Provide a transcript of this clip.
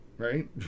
Right